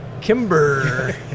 kimber